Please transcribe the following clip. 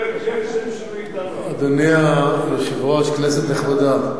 אדוני היושב-ראש, כנסת נכבדה,